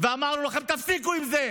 ואמרנו לכם: תפסיקו עם זה.